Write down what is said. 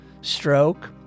stroke